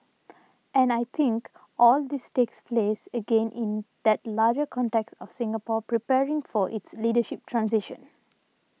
and I think all this takes place again in that larger context of Singapore preparing for its leadership transition